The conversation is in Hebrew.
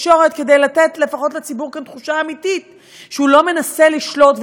התקשורת כדי לתת לפחות לציבור כאן תחושה אמיתית שהוא לא מנסה לשלוט,